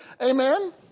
Amen